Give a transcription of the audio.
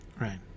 Right